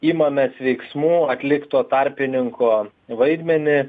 imamės veiksmų atlikto tarpininko vaidmenį